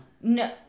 No